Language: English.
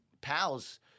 pals